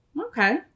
Okay